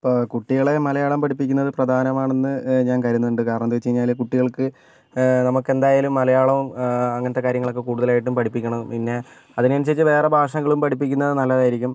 ഇപ്പോൾ കുട്ടികളെ മലയാളം പഠിപ്പിക്കുന്നത് പ്രധാനമാണെന്ന് ഞാൻ കരുതുന്നുണ്ട് കാരണം എന്തെന്നു വെച്ച് കഴിഞ്ഞാൽ കുട്ടികൾക്ക് നമുക്കെന്തായാലും മലയാളും ആ അങ്ങനത്തെ കാര്യങ്ങളൊക്കെ കൂടുതലായിട്ടും പഠിപ്പിക്കണം പിന്നെ അതിനനുസരിച് വേറെ ഭാഷകളും പഠിപ്പിക്കുന്നത് നല്ലതായിരിക്കും